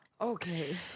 Okay